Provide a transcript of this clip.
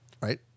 Right